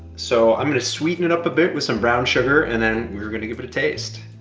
so i'm gonna sweeten it up a bit with some brown sugar and then we're gonna give it a taste.